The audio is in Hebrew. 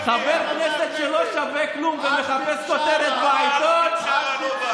חבר כנסת שלא שווה כלום ומחפש כותרת בעיתון שום דבר לא מפחיד,